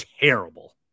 terrible